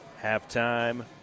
halftime